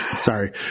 sorry